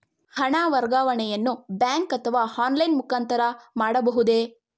ಹಣ ವರ್ಗಾವಣೆಯನ್ನು ಬ್ಯಾಂಕ್ ಅಥವಾ ಆನ್ಲೈನ್ ಮುಖಾಂತರ ಮಾಡಬಹುದೇ?